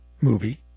movie